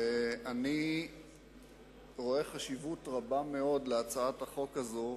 אני רואה חשיבות רבה מאוד בהצעת החוק הזאת,